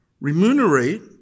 remunerate